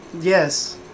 Yes